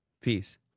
Peace